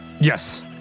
Yes